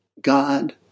God